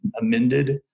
amended